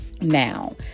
Now